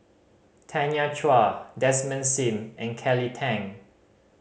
Tanya Chua Desmond Sim and Kelly Tang